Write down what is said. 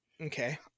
Okay